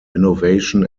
innovation